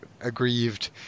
aggrieved